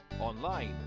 online